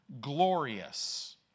glorious